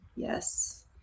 Yes